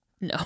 No